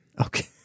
Okay